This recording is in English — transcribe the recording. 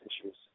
issues